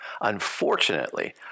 Unfortunately